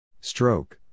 Stroke